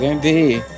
Indeed